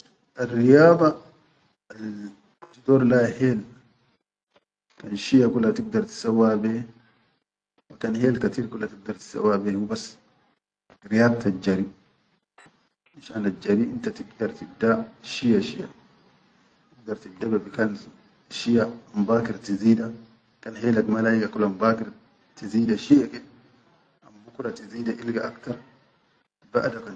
Arriyad al tudor la hel, kan shiya kula tigdar tisawwa be wa kan hel katir kula tigdar tisawwa be hubas riyadtal jari, finshan ajjari inta tigdar tibda shiya shiya, tigdar tibda be bikan shiya ambakir tizidaikan helak ma laiga kula ambakir tizida shiya ke, ambukura tizida ilga aktar.